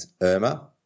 Irma